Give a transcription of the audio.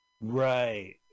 right